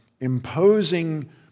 imposing